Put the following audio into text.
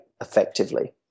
effectively